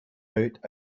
out